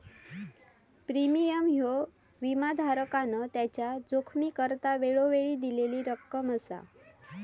premium ह्यो विमाधारकान त्याच्या जोखमीकरता वेळोवेळी दिलेली रक्कम असा